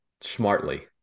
smartly